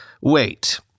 Wait